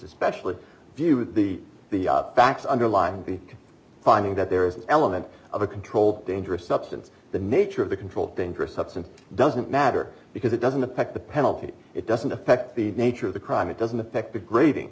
especially view with the facts underlying the finding that there is an element of a controlled dangerous substance the nature of the controlled dangerous substance doesn't matter because it doesn't affect the penalty it doesn't affect the nature of the crime it doesn't affect the grading